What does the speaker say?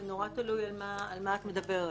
זה נורא תלוי על מה את מדברת.